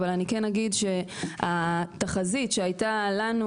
אבל אני כן אגיד שהתחזית שהייתה לנו,